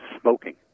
smoking